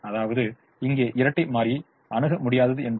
அதாவது இங்கே இரட்டை மாறியை அணுக முடியாதது என்று